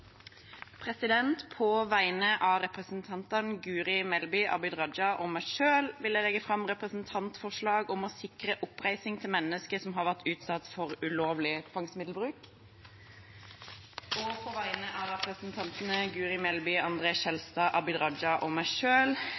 representantforslag. På vegne av representantene Guri Melby, Abid Raja og meg selv vil jeg sette fram et representantforslag om å sikre oppreisning til mennesker som har vært utsatt for ulovlig tvangsmiddelbruk. På vegne av representantene Guri Melby, André N. Skjelstad, Abid Raja og meg